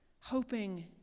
hoping